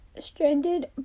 stranded